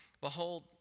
Behold